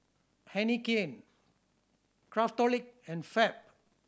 Heinekein Craftholic and Fab